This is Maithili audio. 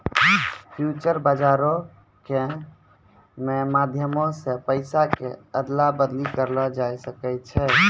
फ्यूचर बजारो के मे माध्यमो से पैसा के अदला बदली करलो जाय सकै छै